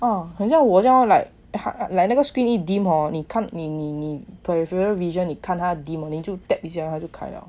ah 很像我这样 lor like like 那个 screen 一 dim hor 你看你你你 from curious vision 你看他 dim 你就 tap 一下 lor 他就开 liao